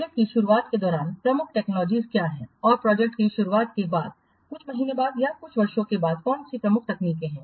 project की शुरुआत के दौरान प्रमुख टेक्नोलॉजी क्या हैं और प्रोजेक्ट की शुरुआत के बाद कुछ महीनों या कुछ वर्षों के बाद कौन सी प्रमुख तकनीकें हैं